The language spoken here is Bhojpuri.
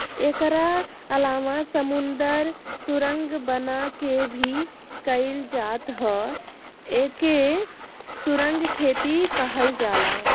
एकरा अलावा समुंदर सुरंग बना के भी कईल जात ह एके सुरंग खेती कहल जाला